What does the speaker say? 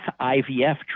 IVF